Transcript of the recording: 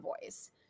voice